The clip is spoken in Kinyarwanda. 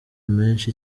menshi